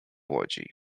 łodzi